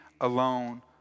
alone